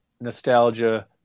nostalgia